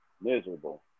miserable